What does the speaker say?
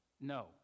No